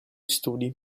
studi